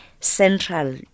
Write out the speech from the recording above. central